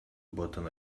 button